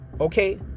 Okay